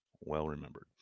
Well-remembered